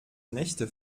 nächste